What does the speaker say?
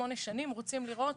שנים אנחנו רוצים לראות